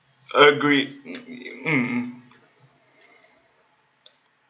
agree mm mm